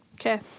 Okay